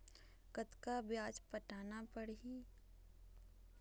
कतका ब्याज पटाना पड़ही?